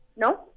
No